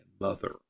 mother